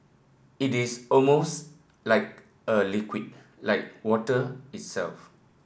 it is almost like a liquid like water itself